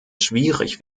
schwierig